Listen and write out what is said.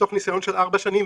מתוך ניסיון של ארבע שנים,